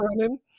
running